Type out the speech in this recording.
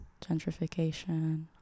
gentrification